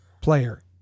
player